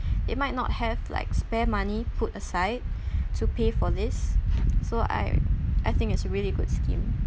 it might not have like spare money put aside to pay for this so I I think it's really good scheme